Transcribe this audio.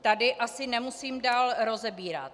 Tady asi nemusím dál rozebírat.